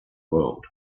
world